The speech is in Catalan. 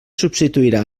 substituirà